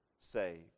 saved